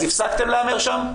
אז הפסקתם את ההימורים שם?